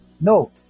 No